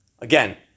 Again